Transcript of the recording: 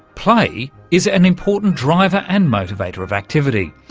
play is an important driver and motivator of activity.